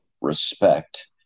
respect